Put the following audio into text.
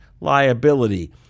liability